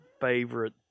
favorite